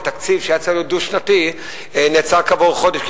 ותקציב שהיה צריך להיות דו-שנתי נעצר כעבור חודש,